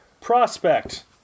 Prospect